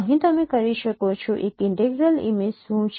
અહીં તમે કરી શકો છો એક ઇન્ટેગ્રલ ઇમેજ શું છે